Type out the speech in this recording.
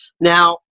Now